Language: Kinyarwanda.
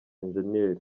eng